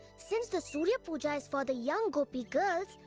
since the surya puja is for the young gopi girls,